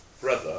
brother